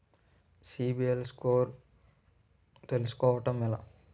CIBIL score తెల్సుకోటం ఎలా?